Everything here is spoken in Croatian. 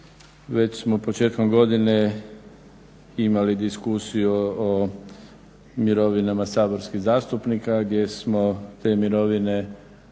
Već smo početkom godine imali diskusiju o mirovinama saborskih zastupnika gdje smo te mirovine uskladili